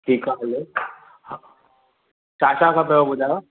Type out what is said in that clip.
ठीकु आहे हले हा छा छा खपेव ॿुधायो